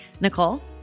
Nicole